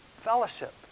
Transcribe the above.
fellowship